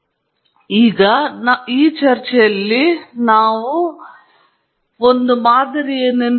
ಆದ್ದರಿಂದ ನಮ್ಮ ಚರ್ಚೆಯ ಮೂಲಕ ಒಂದು ಮಾದರಿ ಏನು